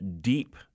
deep